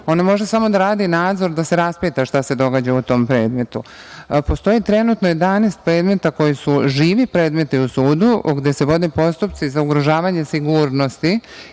ono može samo da radi nadzor, da se raspita šta se događa u tom predmetu. Postoji trenutno 11 predmeta koji su živi predmeti na sudu, gde se vode postupci za ugrožavanje sigurnosti